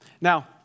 Now